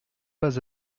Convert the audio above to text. pas